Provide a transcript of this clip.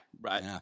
right